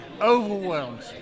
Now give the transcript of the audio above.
overwhelmed